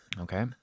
Okay